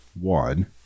one